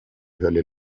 hölle